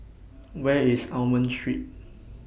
Where IS Almond Street